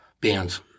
bands